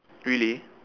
really